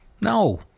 No